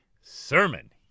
sermon